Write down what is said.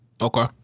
Okay